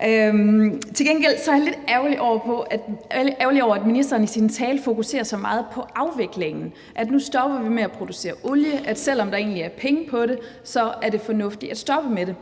er jeg lidt ærgerlig over, at ministeren i sin tale fokuserer så meget på afviklingen, altså at vi nu stopper med at producere olie; at selv om der egentlig er penge i det, så er det fornuftigt at stoppe med det.